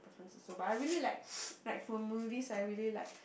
preference also but I really like like for movies I really like